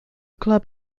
club